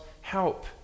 help